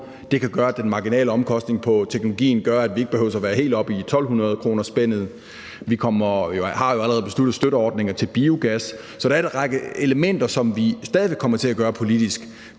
Det kan betyde, at den marginale omkostning på teknologien gør, at vi ikke behøver være helt oppe i 1.200-kronersspændet. Vi har jo allerede taget beslutning om støtteordninger til biogas. Så der er en række elementer, som vi stadig væk kommer til at tage i brug politisk.